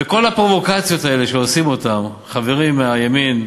וכל הפרובוקציות האלה, שעושים אותן חברים מהימין,